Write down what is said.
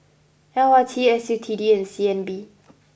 l R T S U T D and C N B